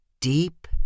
deep